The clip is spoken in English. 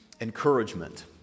encouragement